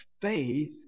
faith